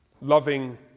loving